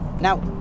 now